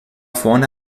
vorne